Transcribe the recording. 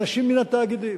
אנשים מן התאגידים,